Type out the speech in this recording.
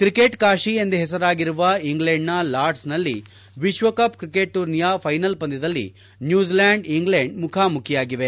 cricket Kashi ಎಂದೇ ಹೆಸರಾಗಿರುವ ಇಂಗ್ಲೆಂಡ್ನ ಲಾರ್ಡ್ಸ್ನಲ್ಲಿ ವಿಶ್ವಕಪ್ ಕ್ರಿಕೆಟ್ ಟೂರ್ನಿಯ ಫೈನಲ್ ಪಂದ್ಯದಲ್ಲಿ ನ್ನೂಜಿಲ್ಯಾಂಡ್ ಇಂಗ್ಲೆಂಡ್ ಮುಖಾಮುಖಿಯಾಗಿವೆ